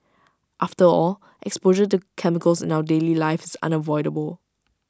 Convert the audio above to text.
after all exposure to chemicals in our daily life is unavoidable